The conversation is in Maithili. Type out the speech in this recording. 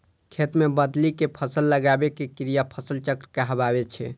खेत मे बदलि कें फसल लगाबै के क्रिया फसल चक्र कहाबै छै